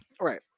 right